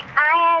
i